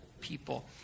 people